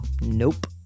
Nope